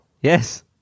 Yes